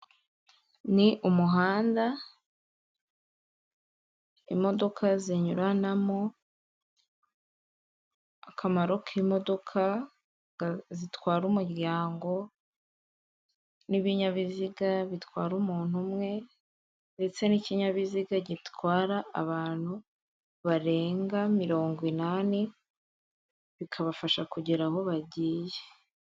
Ni umuhanda imodoka zinyuranamo akamaro k'imodoka zitwara umuryango, n'ibinyabiziga bitwara umuntu umwe, ndetse n'ikinyabiziga gitwara abantu barenga mirongo inani bikabafasha kugera aho bagiye.